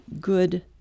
good